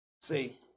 See